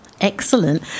excellent